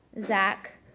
Zach